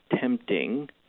tempting